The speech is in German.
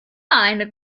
eine